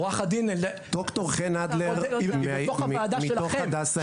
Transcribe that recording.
ד"ר חן אדלר מתוך הדסה עין כרם.